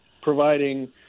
providing